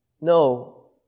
No